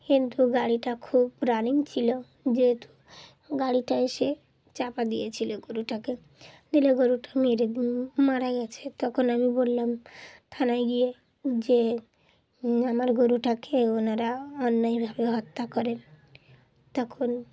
কিন্তু গাড়িটা খুব রানিং ছিলো যেহেতু গাড়িটা এসে চাপা দিয়েছিল গরুটাকে দিলে গরুটা মেরে মারা গেছে তখন আমি বললাম থানায় গিয়ে যে আমার গরুটাকে ওনারা অন্যায়ভাবে হত্যা করেন তখন